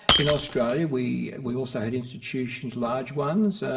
in australia we we also had institutions, large ones,